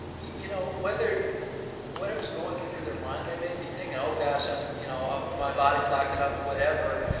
you know, whether whatever's going through their mind, they may be thinking, oh, gosh, um you know um my body's locking up, whatever,